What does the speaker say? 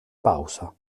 pausa